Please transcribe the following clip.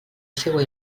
seua